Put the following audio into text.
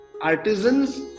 artisans